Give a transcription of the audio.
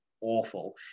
awful